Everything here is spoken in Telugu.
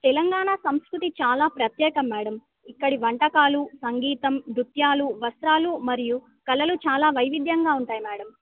తెలంగాణ సంస్కృతి చాలా ప్రత్యేకం మేడం ఇక్కడి వంటకాలు సంగీతం నృత్యాలు వస్త్రాలు మరియు కళలు చాలా వైవిధ్యంగా ఉంటాయి మేడం